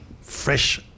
fresh